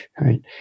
right